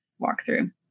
walkthrough